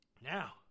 Now